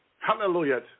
Hallelujah